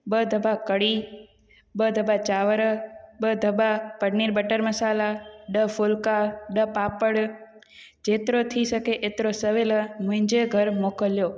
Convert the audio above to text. ॿ दॿा कढ़ी ॿ दॿा चांवर ॿ दॿा पनीर बटर मसाला ॾह फुलका ॾह पापड़ जेतिरो थी सघे हेतिरो सवेल मुंहिंजे घरि मोकिलियो